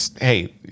hey